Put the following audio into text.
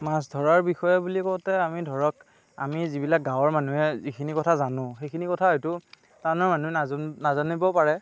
মাছ ধৰাৰ বিষয়ে বুলি কওঁতে আমি ধৰক আমি যিবিলাক গাঁৱৰ মানুহে যিখিনি কথা জানো সেইখিনি কথা হয়তু টাউনৰ মানুহে নাজানিবও পাৰে